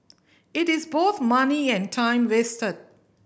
it is both money and time wasted